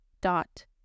dot